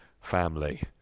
family